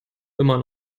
immer